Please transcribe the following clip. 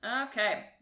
Okay